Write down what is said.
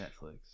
Netflix